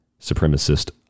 supremacist